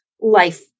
life